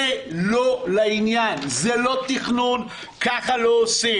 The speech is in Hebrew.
זה לא לעניין, זה לא תכנון, כך לא עושים.